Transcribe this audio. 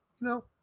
No